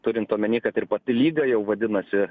turint omeny kad ir pati lyga jau vadinasi